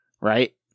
right